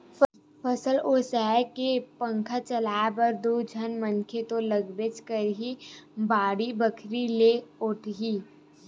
फसल ओसाए के पंखा चलाए बर दू झन मनखे तो लागबेच करही, बाड़ी बारी ले ओटही